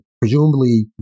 presumably